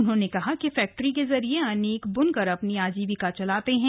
उन्होंने कहा कि फैक्टरी के जरिए अनेक बुनकर अपनी आजीविका चलाते हैं